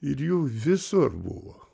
ir jų visur buvo